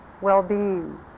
well-being